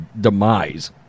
demise